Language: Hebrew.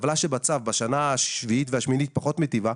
הטבלה שבצו בשנה השביעית והשמינית פחות מיטיבה.